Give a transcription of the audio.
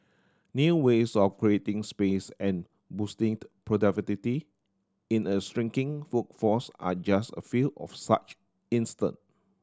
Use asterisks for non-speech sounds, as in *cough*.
new ways of creating space and boosting *unintelligible* productivity in a shrinking workforce are just a few of such instance